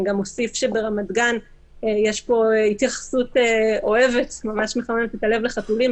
אני גם אוסיף שברמת-גן יש התייחסות אוהבת ומחממת את הלב לחתולים.